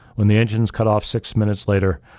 when the engines cut off six minutes later,